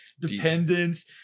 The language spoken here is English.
dependence